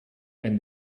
and